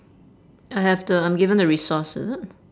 I have the I'm given the resource is it